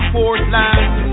Portland